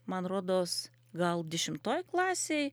man rodos gal dešimtoj klasėj